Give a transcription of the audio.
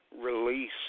release